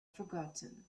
forgotten